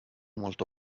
molto